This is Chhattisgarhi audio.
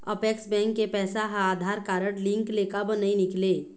अपेक्स बैंक के पैसा हा आधार कारड लिंक ले काबर नहीं निकले?